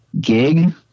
gig